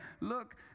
look